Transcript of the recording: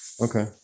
Okay